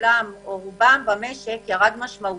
כולם או של רובם במשק ירד משמעותית,